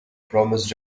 promised